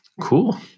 Cool